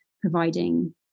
providing